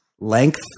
length